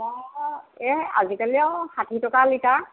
অঁ এই আজিকালি আৰু ষাঠি টকা লিটাৰ